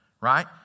right